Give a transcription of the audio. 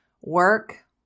work